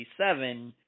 1987